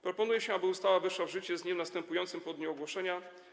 Proponuje się, aby ustawa weszła w życie z dniem następującym po dniu ogłoszenia.